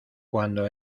cuando